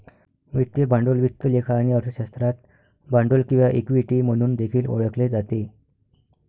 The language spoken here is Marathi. वित्तीय भांडवल वित्त लेखा आणि अर्थशास्त्रात भांडवल किंवा इक्विटी म्हणून देखील ओळखले जाते